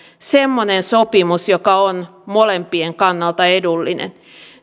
semmoinen sopimus joka on molempien kannalta edullinen